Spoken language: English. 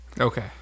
Okay